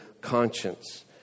conscience